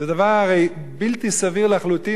זה הרי דבר בלתי סביר לחלוטין.